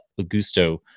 Augusto